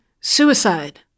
suicide